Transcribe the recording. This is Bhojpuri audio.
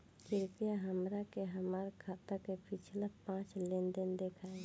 कृपया हमरा के हमार खाता के पिछला पांच लेनदेन देखाईं